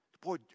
boy